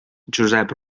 josep